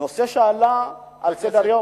נושא שעלה על סדר-היום,